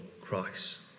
Christ